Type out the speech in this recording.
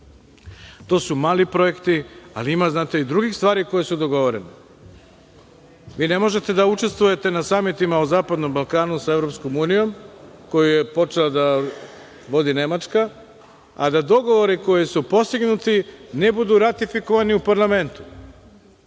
To su mali projekti, ali ima i drugih stvari koje su dogovorene. Vi ne možete da učestvujete na samitima o zapadnom Balkanu sa EU, koje je počela da vodi Nemačka, a da dogovori koji su postignuti ne budu ratifikovani u parlamentu.